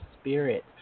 spirit